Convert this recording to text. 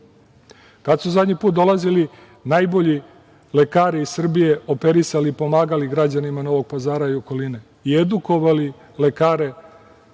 Kad su zadnji put dolazili najbolji lekari iz Srbije, operisali i pomagali građanima Novog Pazara i okoline i edukovali lekare